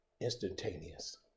instantaneous